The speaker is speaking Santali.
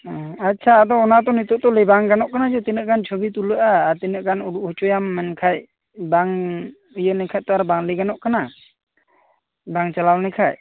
ᱦᱚᱸ ᱟᱪᱪᱷᱟ ᱟᱫᱚ ᱚᱱᱟᱫᱚ ᱱᱤᱛᱳᱜ ᱛᱚ ᱞᱟ ᱭ ᱵᱟᱝ ᱜᱟᱱᱚᱜ ᱠᱟᱱᱟ ᱡᱮ ᱛᱤᱱᱟ ᱜ ᱜᱟᱱ ᱪᱷᱩᱵᱤ ᱛᱩᱞᱟ ᱜ ᱟ ᱟᱨ ᱛᱤᱱᱟ ᱜ ᱜᱟᱱ ᱩᱰᱩᱜ ᱦᱚᱪᱚᱭᱟᱢ ᱢᱮᱱᱠᱷᱟᱱ ᱵᱟᱝ ᱤᱭᱟ ᱞᱮᱱᱠᱷᱟᱱ ᱛᱚ ᱟᱨ ᱵᱟᱝ ᱞᱟ ᱭ ᱜᱟᱱᱚᱜ ᱠᱟᱱᱟ ᱵᱟᱝ ᱪᱟᱞᱟᱣ ᱞᱮᱱ ᱠᱷᱟᱱ